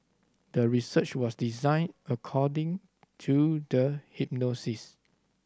the research was designed according to the